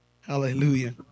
Hallelujah